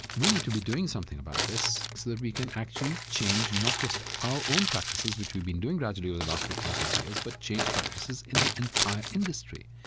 we need to be doing something about this so that we can actually change not just our own practices, which we've been doing gradually over the last fifteen, twenty years, but change practices in the entire industry.